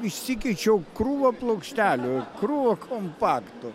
išsikeičiau krūvą plokštelių krūvą kompaktų